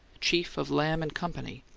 chief of lamb and company,